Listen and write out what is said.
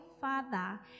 Father